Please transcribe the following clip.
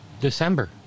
December